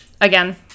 again